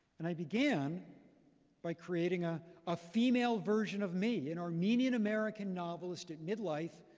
and i began by creating a ah female version of me. an armenian american novelist at midlife,